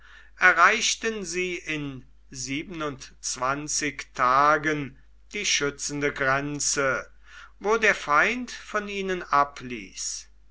erreichten sie in siebenundzwanzig tagen die schützende grenze wo der feind von ihnen abließ